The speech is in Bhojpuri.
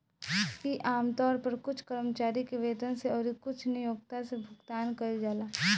इ आमतौर पर कुछ कर्मचारी के वेतन से अउरी कुछ नियोक्ता से भुगतान कइल जाला